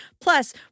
Plus